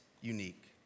unique